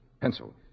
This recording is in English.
Pencil